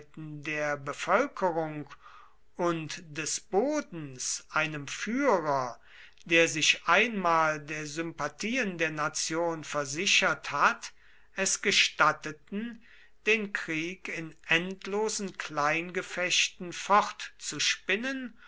der bevölkerung und des bodens einem führer der sich einmal der sympathien der nation versichert hat es gestatten den krieg in endlosen